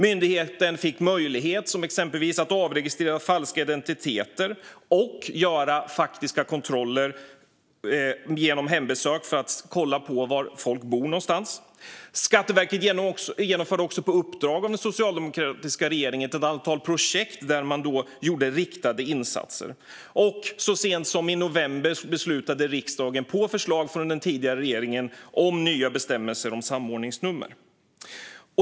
Myndigheten fick till exempel möjlighet att avregistrera falska identiteter och göra hembesök för att kontrollera var folk bor någonstans. Skatteverket genomförde också på uppdrag av den socialdemokratiska regeringen ett antal projekt där man gjorde riktade insatser. Och så sent som i november beslutade riksdagen på förslag från den tidigare regeringen om nya bestämmelser om samordningsnummer.